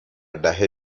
دهه